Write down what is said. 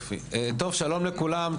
שלום לכולם,